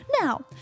Now